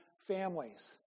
families